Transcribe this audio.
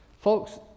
Folks